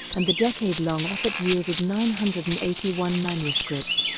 and the decade-long effort yielded nine hundred and eighty one manuscripts,